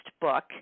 book